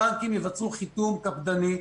הבנקים יבצעו חיתום קפדני.